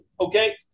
Okay